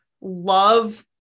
love